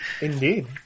Indeed